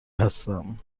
هستم